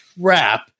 crap